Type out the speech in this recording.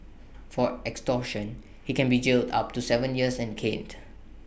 for extortion he can be jailed up to Seven years and caned